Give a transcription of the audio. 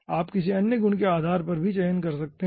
आप किसी अन्य गुण के आधार पर भी चयन कर सकते हैं